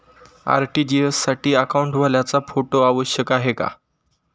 RTGS साठी अकाउंटवाल्याचा photo आवश्यक आहे का?